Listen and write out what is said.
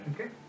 Okay